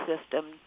system